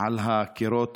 על הקירות